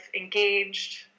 engaged